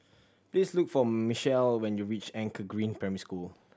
please look for Michele when you reach Anchor Green Primary School